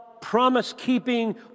promise-keeping